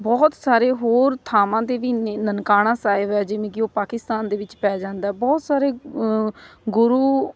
ਬਹੁਤ ਸਾਰੇ ਹੋਰ ਥਾਵਾਂ 'ਤੇ ਵੀ ਨੇ ਨਨਕਾਣਾ ਸਾਹਿਬ ਆ ਜਿਵੇਂ ਕਿ ਉਹ ਪਾਕਿਸਤਾਨ ਦੇ ਵਿੱਚ ਪੈ ਜਾਂਦਾ ਬਹੁਤ ਸਾਰੇ ਗੁਰੂ